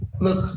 Look